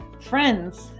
friends